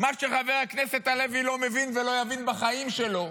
מה שחבר הכנסת הלוי לא מבין, ולא יבין בחיים שלו,